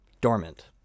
dormant